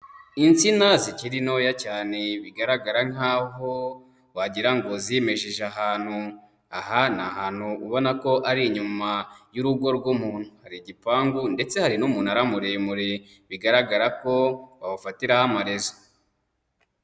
Insina zikiri ntoya cyane, bigaragara nk'aho wagira ngo zimejeje ahantu, aha ni ahantu ubona ko ari inyuma y'urugo rw'umuntu, hari igipangu ndetse hari n'umunara muremure, bigaragara ko bawufatiraho amarezo.